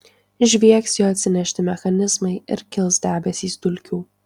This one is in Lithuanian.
žviegs jo atsinešti mechanizmai ir kils debesys dulkių